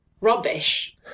rubbish